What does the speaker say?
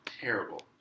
terrible